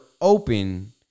open